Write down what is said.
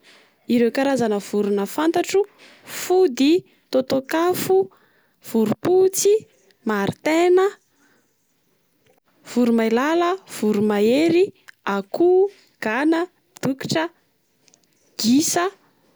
Ireo karazana vorona fantatro: fody, tôtôkafo, vorompotsy, maritaina, voromailala, voromahery ,akoho ,gana, dokotra, gisa.